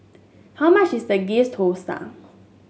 how much is the Ghee Thosai